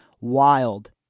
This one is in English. wild